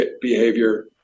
behavior